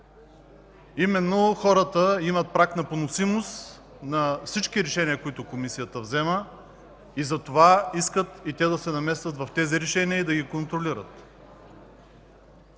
взема. Хората имат праг на поносимост на всички решения, които Комисията взема и затова искат те да се намесят в тези решения и да ги контролират.